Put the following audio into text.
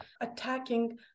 attacking